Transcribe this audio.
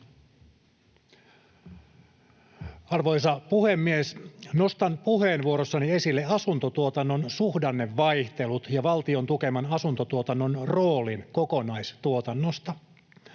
Arvoisa puhemies! Nostan puheenvuorossani esille asuntotuotannon suhdannevaihtelut ja valtion tukeman asuntotuotannon roolin kokonaistuotannosta.